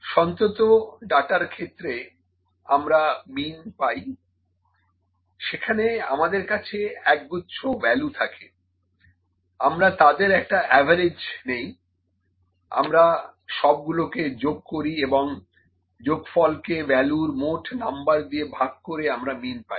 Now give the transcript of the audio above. সন্তত ডাটার ক্ষেত্রে আমরা মিন পাই সেখানে আমাদের কাছে এক গুচ্ছ ভ্যালু থাকে আমরা তাদের একটা অ্যাভারেজ নিই আমরা সবগুলোকে যোগ করি এবং যোগফলকে ভ্যালুর মোট নাম্বার দিয়ে ভাগ করে আমরা মিন পাই